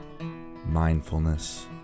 mindfulness